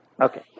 Okay